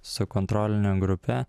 su kontroline grupe